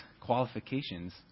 qualifications